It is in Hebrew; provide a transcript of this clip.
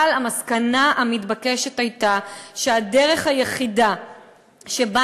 אבל המסקנה המתבקשת הייתה שהדרך היחידה שבה